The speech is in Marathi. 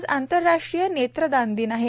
आज आंतर्राष्ट्रीय नेत्रदान दिन आहे